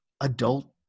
adult